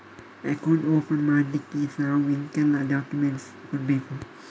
Account open ಮಾಡ್ಲಿಕ್ಕೆ ನಾವು ಎಂತೆಲ್ಲ ಡಾಕ್ಯುಮೆಂಟ್ಸ್ ಕೊಡ್ಬೇಕು?